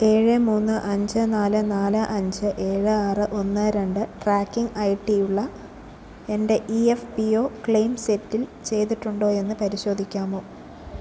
ഏഴ് മൂന്ന് അഞ്ച് നാല് നാല് അഞ്ച് ഏഴ് ആറ് ഒന്ന് രണ്ട് ട്രാക്കിംഗ് ഐടിയുള്ള എൻ്റെ E F P O claim settle ചെയ്തിട്ടുണ്ടോ എന്ന് പരിശോധിക്കാമോ